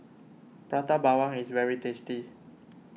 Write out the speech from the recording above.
Prata Bawang is very tasty